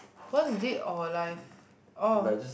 what's dead or alive orh